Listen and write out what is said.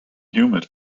humid